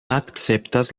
akceptas